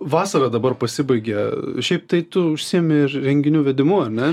vasara dabar pasibaigia šiaip tai tu užsiimi ir renginių vedimu ar ne